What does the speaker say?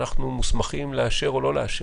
אנחנו מוסמכים לאשר או לא לאשר.